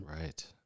right